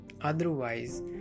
Otherwise